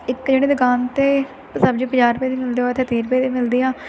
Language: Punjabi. ਇੱਕ ਜਿਹੜੀ ਦੁਕਾਨ 'ਤੇ ਸਬਜ਼ੀ ਪੰਜਾਹ ਰੁਪਏ ਦੀ ਮਿਲਦੀ ਉਹ ਇੱਥੇ ਤੀਹ ਰੁਪਏ ਦੀ ਮਿਲਦੀ ਆ